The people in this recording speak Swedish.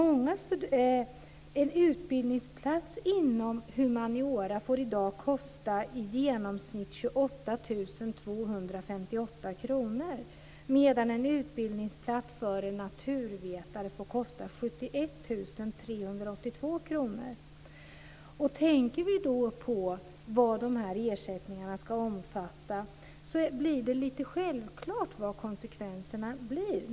En utbildningsplats inom humaniora får i dag kosta i genomsnitt 28 258 kr, medan en utbildningsplats för en naturvetare får kosta 71 382 kr. Tänker vi då på vad de här ersättningarna ska omfatta är det självklart vilka konsekvenserna blir.